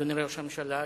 אדוני ראש הממשלה,